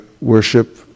worship